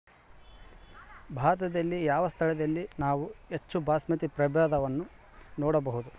ಭಾರತದಲ್ಲಿ ಯಾವ ಸ್ಥಳದಲ್ಲಿ ನಾವು ಹೆಚ್ಚು ಬಾಸ್ಮತಿ ಪ್ರಭೇದವನ್ನು ನೋಡಬಹುದು?